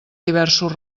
diversos